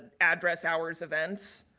address, hours, events,